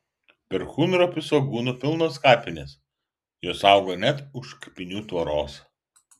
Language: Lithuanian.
perkūnropių svogūnų pilnos kapinės jos auga net už kapinių tvoros